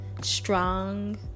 strong